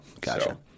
Gotcha